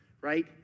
right